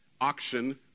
auction